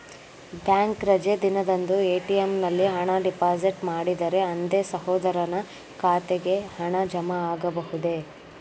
Bank ರಜೆ ದಿನದಂದು ATM ನಲ್ಲಿ ಹಣ ಡಿಪಾಸಿಟ್ ಮಾಡಿದರೆ ಅಂದೇ ಸಹೋದರನ ಖಾತೆಗೆ ಹಣ ಜಮಾ ಆಗಬಹುದೇ?